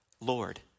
Lord